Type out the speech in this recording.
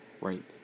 right